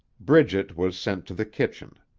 bridget was sent to the kitchen.